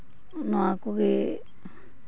ᱱᱚᱣᱟ ᱠᱚᱜᱮ